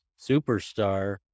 superstar